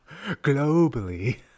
Globally